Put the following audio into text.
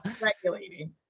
regulating